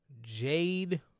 Jade